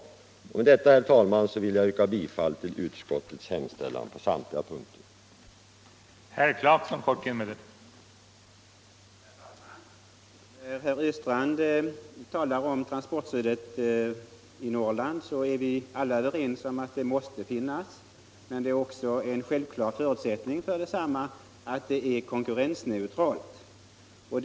Med detta, herr talman, yrkar jag bifall till utskottets hemställan på samtliga punkter.